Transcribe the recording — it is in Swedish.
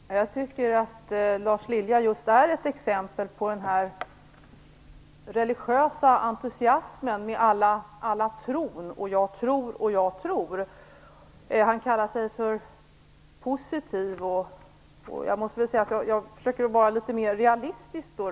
Fru talman! Jag tycker att Lars Lilja är ett exempel på religiös entusiasm. Han talar om tron, och att han tror och tror. Han kallar sig för positiv. Jag måste säga att jag försöker vara litet mer realistisk.